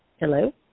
Hello